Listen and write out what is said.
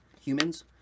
humans